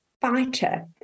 fighter